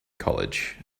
college